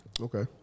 Okay